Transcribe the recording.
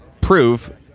prove